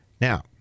Now